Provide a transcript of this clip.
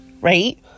Right